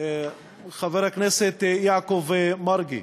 חבר הכנסת יעקב מרגי,